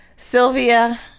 sylvia